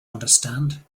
understand